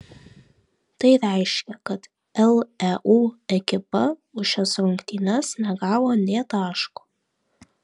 tai reiškia kad leu ekipa už šias rungtynes negavo nė taško